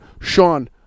Sean